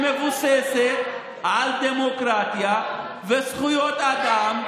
שמבוססת על דמוקרטיה וזכויות אדם.